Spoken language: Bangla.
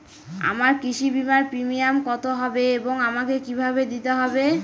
আমার কৃষি বিমার প্রিমিয়াম কত হবে এবং আমাকে কি ভাবে দিতে হবে?